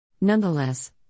Nonetheless